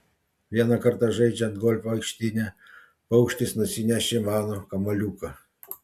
vieną kartą žaidžiant golfą aikštyne paukštis nusinešė mano kamuoliuką